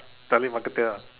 telemarketer ah